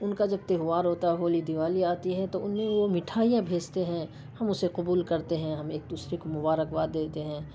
ان کا جب تہوار ہوتا ہے ہولی دیوالی آتی ہے تو انہیں وہ مٹھائیاں بھیجتے ہیں ہم اسے قبول کرتے ہیں ہم ایک دوسرے کو مبارک باد دیتے ہیں